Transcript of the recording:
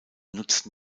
nutzten